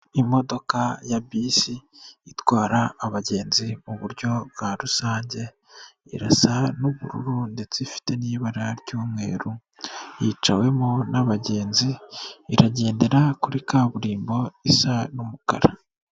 Imodoka ya bisi itwara abagenzi mu buryo bwa rusange irasa n'ubururu ndetse ifite n'ibara ry'umweru, yicawemo n'abagenzi iragendera kuri kaburimbo isa n'umukara.